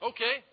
Okay